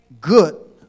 Good